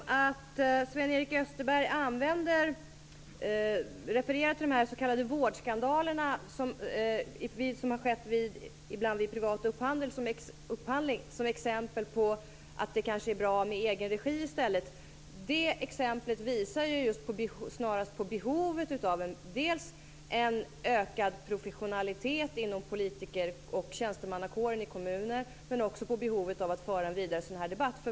Fru talman! Sven-Erik Österberg refererar till de s.k. vårdskandalerna som ibland har skett vid privat upphandling och tar dem som exempel på att det kanske är bra med egenregi i stället. Det visar snarast på dels behovet av en ökad professionalitet inom politiker och tjänstemannakåren i kommuner, dels på behovet att föra en vidare debatt.